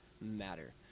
matter